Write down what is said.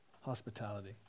hospitality